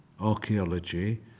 archaeology